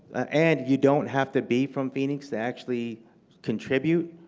and you don't have to be from phoenix to actually contribute,